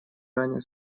ранее